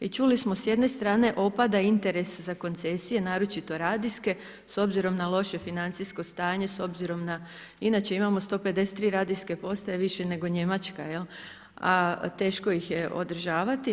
I čuli smo s jedne strane opada interes za koncesije, naročito radijske, s obzirom na loše financijsko stanje, s obzirom, na, inače imamo 153 radijske postaje, više nego Njemačka, a teško ih je održavati.